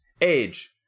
Age